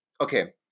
okay